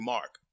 Mark